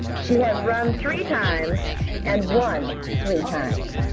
she has run three times and won three times